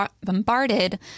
bombarded